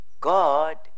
God